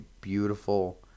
beautiful